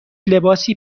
لباسی